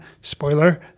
spoiler